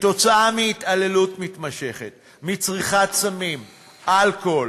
עקב התעללות מתמשכת, צריכת סמים ואלכוהול,